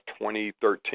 2013